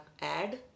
add